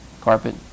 carpet